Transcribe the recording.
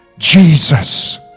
Jesus